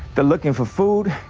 they're looking for food.